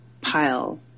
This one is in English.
pile